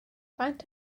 faint